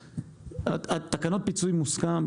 תקנות פיצוי מוסכם,